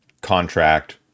contract